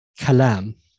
kalam